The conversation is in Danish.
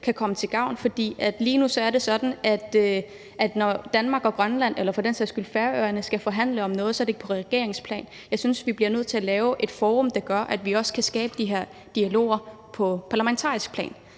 kan komme til gavn. Lige nu er det sådan, at når Danmark og Grønland eller for den sags skyld Færøerne skal forhandle om noget, er det ikke på regeringsplan. Jeg synes, vi bliver nødt til at lave et forum, der gør, at vi også kan skabe de her dialoger på parlamentarisk plan,